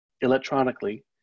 electronically